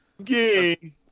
Okay